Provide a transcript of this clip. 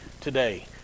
today